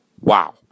Wow